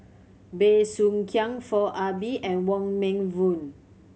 Bey Soo Khiang Foo Ah Bee and Wong Meng Voon